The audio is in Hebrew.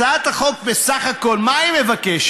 הצעת החוק, בסך הכול, מה היא מבקשת?